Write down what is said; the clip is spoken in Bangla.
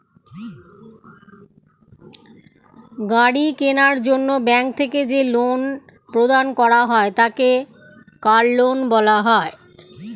গাড়ি কেনার জন্য ব্যাঙ্ক থেকে যে লোন প্রদান করা হয় তাকে কার লোন বলা হয়